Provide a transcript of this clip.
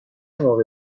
موقع